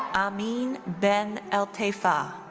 amine ben ltaifa.